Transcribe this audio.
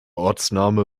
ortsname